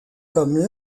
comme